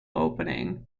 opening